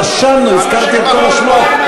רשמנו, הזכרתי את כל השמות.